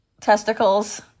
Testicles